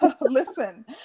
listen